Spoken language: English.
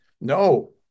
No